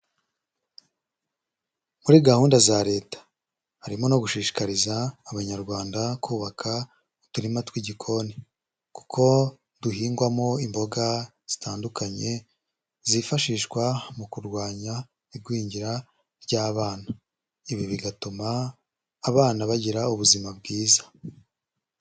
Muri gahunda za Leta, harimo no gushishikariza Abanyarwanda kubaka uturima tw'igikoni. Kuko duhingwamo imboga zitandukanye, zifashishwa mu kurwanya igwingira ry'abana. Ibi bigatuma abana bagira ubuzima bwiza.